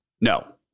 No